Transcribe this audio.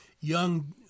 young